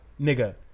nigga